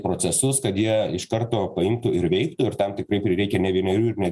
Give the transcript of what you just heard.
procesus kad jie iš karto paimtų ir veiktų ir tam tikrai prireikia ne vienerių ir ne